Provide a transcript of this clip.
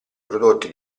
prodotti